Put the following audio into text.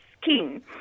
skin